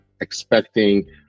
expecting